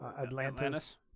atlantis